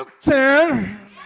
ten